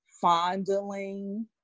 fondling